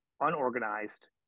unorganized